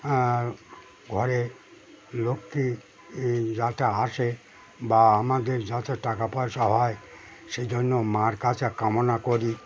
ঘরে লক্ষ্মী যাতে আসে বা আমাদের যাতে টাকা পয়সা হয় সে জন্য মার কাছে কামনা করি